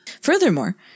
Furthermore